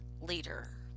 leader